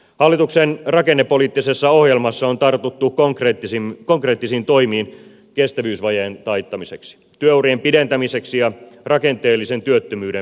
hallituksen rakennepoliittisessa ohjelmassa on tartuttu konkreettisiin toimiin kestävyysvajeen taittamiseksi työurien pidentämiseksi ja rakenteellisen työttömyyden vähentämiseksi